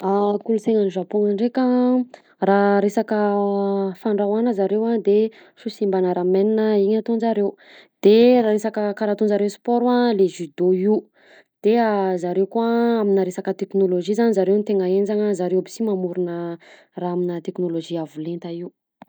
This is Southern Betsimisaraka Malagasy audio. Kolontsaina any Zapon ndreka a raha resaka fandrahoana zareo de sushi mbana ramen a io ataonjareo de resaka karaha ataonjareo sport a le judo io de a zareo koa amina resaka technologie zany zareo no tena enjana zareo aby si mamorona raha amina technologie avolenta io.